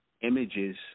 images